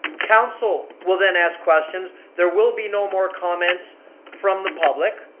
council will then ask questions. there will be no more comments from the public,